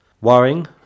worrying